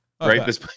Right